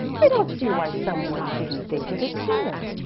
i don't see why some one didn't think of it sooner.